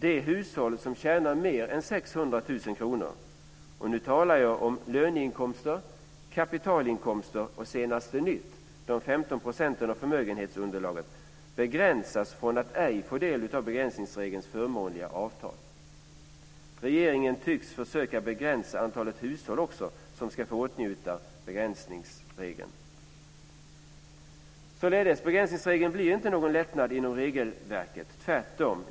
Det hushåll som tjänar mer än 600 000 kr - nu talar jag om löneinkomster, kapitalinkomster och senaste nytt, de 15 procenten av förmögenhetsunderlaget - begränsas från att ej få del av begränsningsregelns förmånliga avtal. Regeringen tycks försöka begränsa antalet hushåll som ska få åtnjuta begränsningsregelns effekter. Begränsningsregeln innebär inte någon lättnad inom regelverket. Tvärtom.